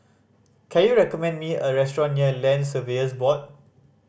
can you recommend me a restaurant near Land Surveyors Board